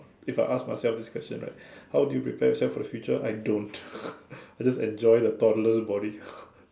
if I ask myself this question right how do you prepare yourself for the future I don't I just enjoy the toddler's body